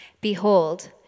Behold